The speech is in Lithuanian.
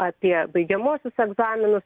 apie baigiamuosius egzaminus